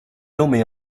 nommé